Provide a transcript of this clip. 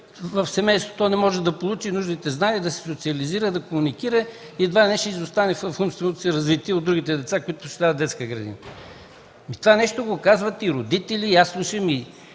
в семейството не може да получи нужните знания, да се социализира, да комуникира и едва ли не ще изостане в умственото си развитие от другите деца, които посещават детска градина. Това го казват и родители, и лекари,